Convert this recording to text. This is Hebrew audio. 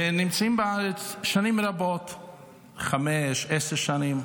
ונמצאים בארץ שנים רבות, חמש, עשר שנים,